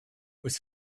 was